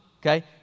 Okay